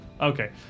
Okay